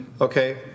Okay